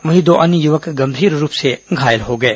वहीं दो अन्य युवक गंभीर रूप से घायल हो गए हैं